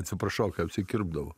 atsiprašau apsikirpdavo